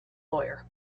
lawyer